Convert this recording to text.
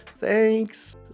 thanks